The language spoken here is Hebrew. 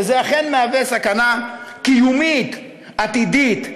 וזה אכן מהווה סכנה קיומית עתידית.